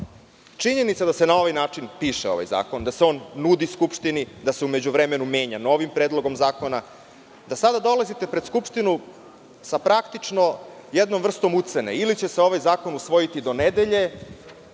Miroviću. Činjenica da se na ovaj način piše ovaj zakon, da se on nudi Skupštini, da se u međuvremenu menja novim predlogom zakona, da sada dolazite pred Skupštinu sa praktično jednom vrstom ucene. Ili će se ovaj zakon usvojiti do nedelje,